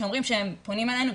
שאומרים שהם פונים אלינו,